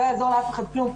לא יעזור לאף אחד כלום,